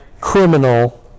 criminal